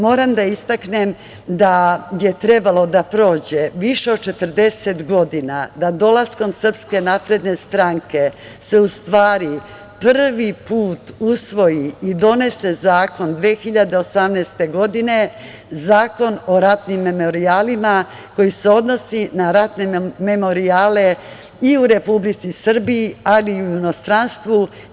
Moram da istaknem da je trebalo da prođe više od 40 godina, da dolaskom SNS se u stvari prvi put usvoji i donese zakon 2018. godine, Zakon o ratnim memorijalima koji se odnosi na ratne memorijale i u Republici Srbiji, ali i u inostranstvu.